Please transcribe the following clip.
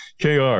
KR